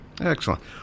Excellent